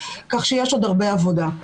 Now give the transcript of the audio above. כך שיש עוד הרבה עבודה.